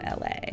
LA